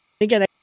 again